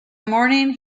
morning